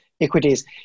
equities